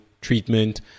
treatment